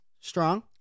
strong